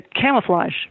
camouflage